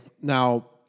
now